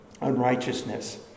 unrighteousness